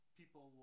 people